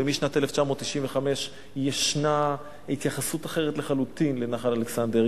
ומשנת 1995 ישנה התייחסות אחרת לחלוטין לנחל אלכסנדר.